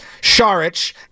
Sharich